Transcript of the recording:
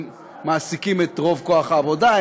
הם מעסיקים את רוב כוח העבודה,